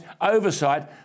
oversight